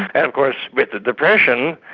and of course with the depression,